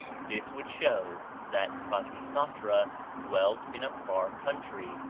this would show that khasisatra dwelt in a far country,